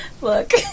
Look